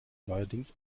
neuerdings